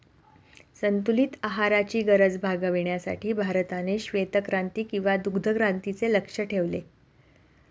संतुलित आहाराची गरज भागविण्यासाठी भारताने श्वेतक्रांती किंवा दुग्धक्रांतीचे लक्ष्य ठेवले